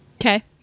Okay